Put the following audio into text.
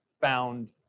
found